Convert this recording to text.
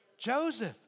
Joseph